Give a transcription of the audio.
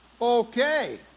Okay